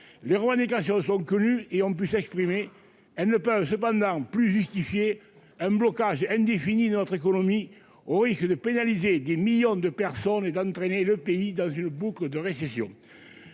les revendications sont connus et ont pu s'exprimer, elle ne peut cependant plus justifier un blocage indéfini notre économie, au risque de pénaliser des millions de personnes et d'entraîner le pays dans une boucle de récession,